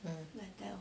um